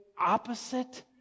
opposite